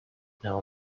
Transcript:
know